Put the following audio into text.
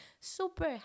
Super